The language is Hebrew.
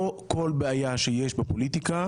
לא כל בעיה שיש בפוליטיקה